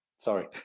Sorry